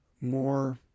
more